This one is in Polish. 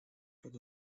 pod